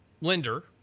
lender